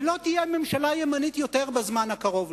ולא תהיה ממשלה ימנית יותר בזמן הקרוב.